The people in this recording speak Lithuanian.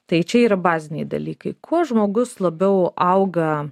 tai čia yra baziniai dalykai kuo žmogus labiau auga